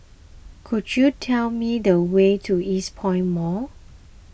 could you tell me the way to Eastpoint Mall